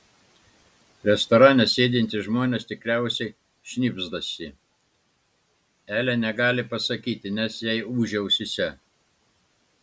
restorane sėdintys žmonės tikriausiai šnibždasi elė negali pasakyti nes jai ūžia ausyse